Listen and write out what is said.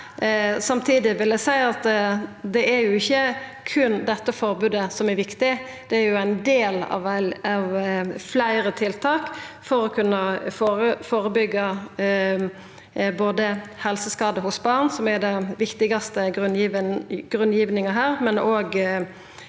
Samtidig vil eg seia at det er jo ikkje berre dette forbodet som er viktig. Det er ein del av fleire tiltak for å kunna førebyggja både helseskadar hos barn, som er den viktigaste grunngivinga her,